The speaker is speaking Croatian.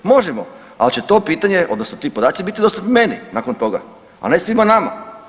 Možemo, al će to pitanje odnosno ti podaci biti dostupni meni nakon toga, a ne svima nama.